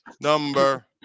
number